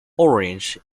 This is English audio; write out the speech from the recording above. orange